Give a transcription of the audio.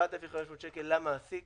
7,500 שקלים למעסיק